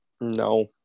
no